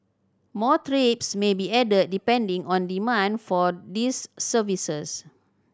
more trips may be added depending on demand for these services